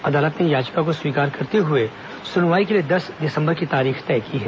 अदालत ने याचिका को स्वीकार करते हुए सुनवाई के लिए दस दिसंबर की तारीख तय की है